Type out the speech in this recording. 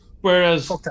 Whereas